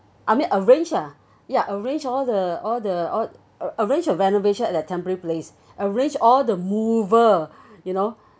I mean arrange ah ya arrange all the all the all arrange your renovation at that temporary place arrange all the mover you know